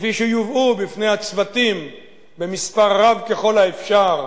כפי שיובאו בפני הצוותים במספר רב ככל האפשר,